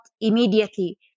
immediately